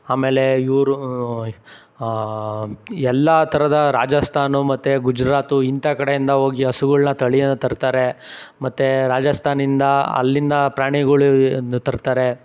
ಆಮೇಲೆ ಇವರೂ ಎಲ್ಲ ಥರದ ರಾಜಸ್ಥಾನ್ ಮತ್ತೆ ಗುಜರಾತ್ ಇಂಥ ಕಡೆಯಿಂದ ಹೋಗಿ ಹಸುಗಳನ್ನ ತಳೀನ ತರ್ತಾರೆ ಮತ್ತೆ ರಾಜಸ್ಥಾನಿಂದ ಅಲ್ಲಿಂದ ಪ್ರಾಣಿಗಳನ್ನ ತರ್ತಾರೆ